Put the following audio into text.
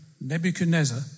Nebuchadnezzar